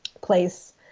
place